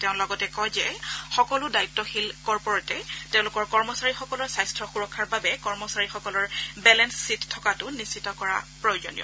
তেওঁ লগতে কয় যে সকলো দায়িত্বশীল কৰ্পোৰেটে তেওঁলোকৰ কৰ্মচাৰীসকলৰ স্বাস্থ্য সুৰক্ষাৰ বাবে কৰ্মচাৰীসকলৰ বেলেন্স শ্বীট থকাটো নিশ্চিত কৰা প্ৰয়োজনীয়